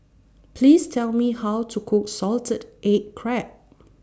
Please Tell Me How to Cook Salted Egg Crab